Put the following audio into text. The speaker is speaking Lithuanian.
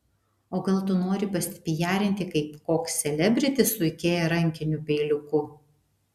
o gal tu nori pasipijarinti kaip koks selebritis su ikea rankiniu peiliuku